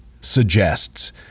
suggests